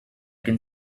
can